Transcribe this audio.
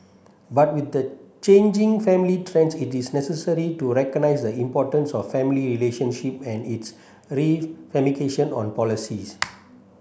but with the changing family trends it is necessary to recognise the importance of family relationships and its ramification on policies